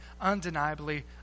undeniably